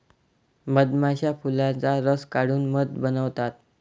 मधमाश्या फुलांचा रस काढून मध बनवतात